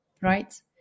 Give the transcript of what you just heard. right